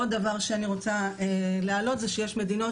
עוד דבר שאני רוצה להעלות זה שיש מדינות